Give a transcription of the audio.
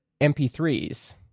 MP3s